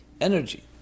energy